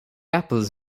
apples